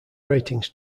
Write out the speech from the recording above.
ratings